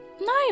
no